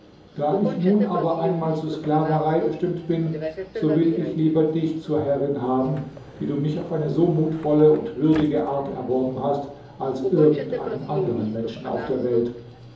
da ich nun aber einmal zu sklaverei bestimmt bin so will ich lieber dich zur herrin haben die du mich auf eine so mutvolle und würdige art erworben hast als irgend einen anderen menschen auf der welt